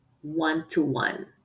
one-to-one